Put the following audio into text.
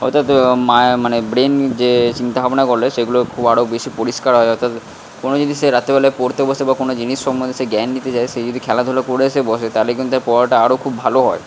অর্থাৎ মানে ব্রেন যে চিন্তা ভাবনা করলো সেগুলো খুব আরও বেশি পরিষ্কার হয় অর্থাৎ কোনো জিনিস সে রাত্রিবেলায় পড়তে বসে বা কোনো জিনিস সম্বন্ধে সে জ্ঞান নিতে যায় সে যদি খেলাধূলা করে এসে বসে তাহলে কিন্তু তার পড়াটা আরও খুব ভালো হয়